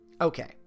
Okay